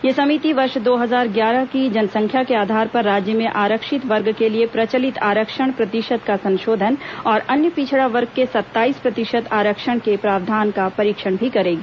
यह समिति वर्ष दो हजार ग्यारह की जनसंख्या के आधार पर राज्य में आरक्षित वर्ग के लिए प्रचलित आरक्षण प्रतिशत का संशोधन और अन्य पिछड़ा वर्ग के लिए सत्ताईस प्रतिशत आरक्षण के प्रावधान का परीक्षण भी करेगी